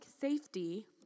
safety